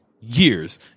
years